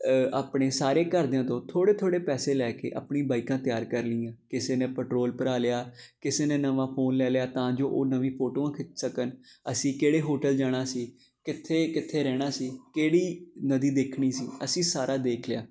ਆਪਣੇ ਸਾਰੇ ਘਰਦਿਆਂ ਤੋਂ ਥੋੜ੍ਹੇ ਥੋੜ੍ਹੇ ਪੈਸੇ ਲੈ ਕੇ ਆਪਣੀ ਬਾਈਕਾਂ ਤਿਆਰ ਕਰ ਲਈਆਂ ਕਿਸੇ ਨੇ ਪੈਟਰੋਲ ਭਰਵਾ ਲਿਆ ਕਿਸੇ ਨੇ ਨਵਾਂ ਫੋਨ ਲੈ ਲਿਆ ਤਾਂ ਜੋ ਉਹ ਨਵੀਂ ਫੋਟੋਆਂ ਖਿੱਚ ਸਕਣ ਅਸੀਂ ਕਿਹੜੇ ਹੋਟਲ ਜਾਣਾ ਸੀ ਕਿੱਥੇ ਕਿੱਥੇ ਰਹਿਣਾ ਸੀ ਕਿਹੜੀ ਨਦੀ ਦੇਖਣੀ ਸੀ ਅਸੀਂ ਸਾਰਾ ਦੇਖ ਲਿਆ